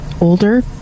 older